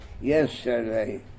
yesterday